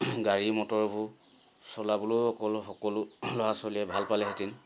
গাড়ী মটৰবোৰ চলাবলৈয়ো অকলো সকলো ল'ৰা ছোৱালীয়ে ভাল পালেহেঁতেন